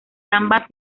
ambas